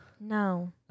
No